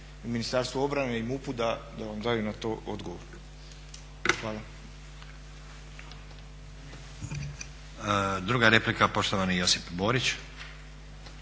Ministarstvo obrane i MUP-u da vam daju na to odgovor. Hvala. **Stazić, Nenad (SDP)** Druga replika poštovani Josip Borić.